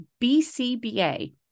BCBA